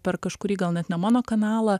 per kažkurį gal net ne mano kanalą